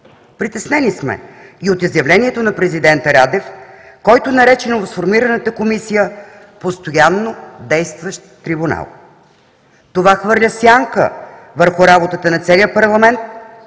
Притеснени сме и от изявлението на президента Радев, който нарече новосформираната Комисия постоянно действащ трибунал. Това хвърля сянка върху работата на целия парламент